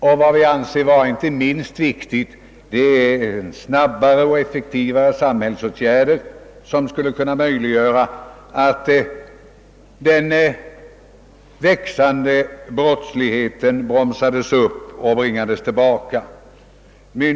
Något som vi anser inte minst viktigt är att få till stånd snabbare och effektivare samhällsåtgärder, som skulle kunna möjliggöra att den växande brottsligheten bromsades upp och pressades tillbaka.